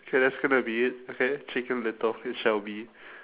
okay that's gonna be it okay chicken little it shall be